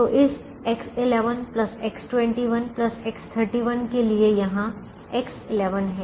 तो इस X11 X21 X31 के लिए यहाँ X11 है